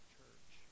church